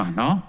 no